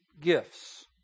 gifts